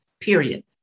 period